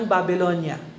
Babylonia